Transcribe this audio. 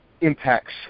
impacts –